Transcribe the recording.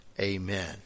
Amen